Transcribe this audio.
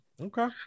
Okay